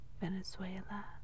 Venezuela